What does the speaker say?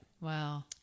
wow